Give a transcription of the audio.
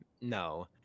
No